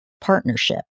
partnership